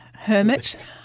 hermit